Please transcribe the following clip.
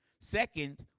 Second